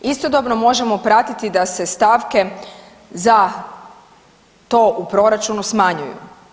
Istodobno možemo pratiti da se stavke za to u proračunu smanjuju.